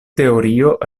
teorio